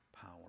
power